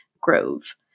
Grove